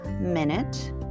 minute